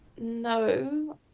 No